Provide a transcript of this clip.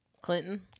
Clinton